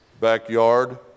backyard